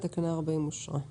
תקנה 40 אושרה פה-אחד.